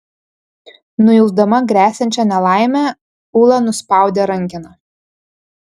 nujausdama gresiančią nelaimę ula nuspaudė rankeną